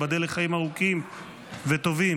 ייבדל לחיים ארוכים וטובים,